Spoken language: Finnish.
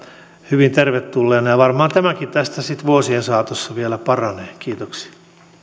hyvin tervetulleena ja ja varmaan tämäkin tästä sitten vuosien saatossa vielä paranee kiitoksia